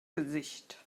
gesicht